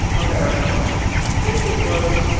americans aren't pennies are close.